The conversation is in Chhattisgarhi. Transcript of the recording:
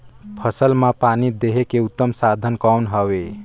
फसल मां पानी देहे के उत्तम साधन कौन हवे?